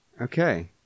Okay